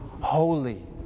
holy